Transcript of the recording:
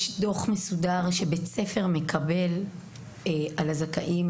יש דו"ח מסודר שבית ספר מקבל על הזכאים